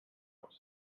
house